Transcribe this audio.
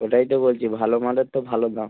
ওটাই তো বলছি ভালো মালের তো ভালো দাম